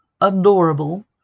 adorable